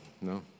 No